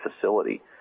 facility